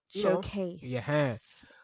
showcase